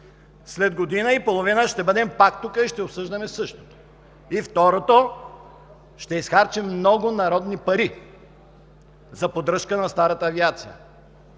след година и половина ще бъдем пак тук и ще обсъждаме същото и, второто, ще изхарчим много народни пари за поддръжка на старата авиация,